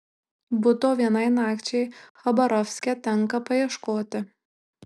buto vienai nakčiai chabarovske tenka paieškoti